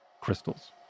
crystals